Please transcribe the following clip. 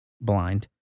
blind